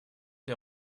der